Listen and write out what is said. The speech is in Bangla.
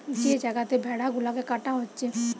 যে জাগাতে ভেড়া গুলাকে কাটা হচ্ছে